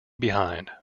behind